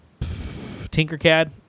Tinkercad